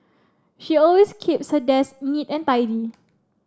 she always keeps her desk neat and tidy